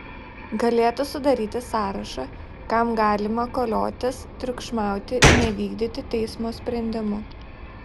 galėtų sudaryti sąrašą kam galima koliotis triukšmauti nevykdyti teismo sprendimų